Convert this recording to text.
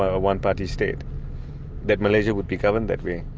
a one-party state that malaysia would be governed that way.